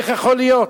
איך יכול להיות?